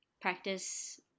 practice